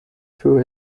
through